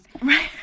Right